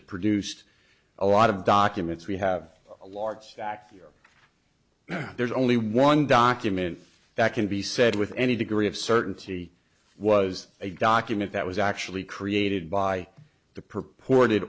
have produced a lot of documents we have a large stack here there's only one document that can be said with any degree of certainty was a document that was actually created by the purported